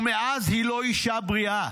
ומאז היא לא אישה בריאה.